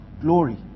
glory